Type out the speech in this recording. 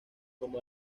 como